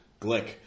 Glick